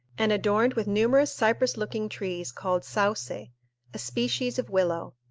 and adorned with numerous cypress-looking trees, called sauce, a species of willow.